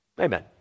Amen